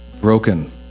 broken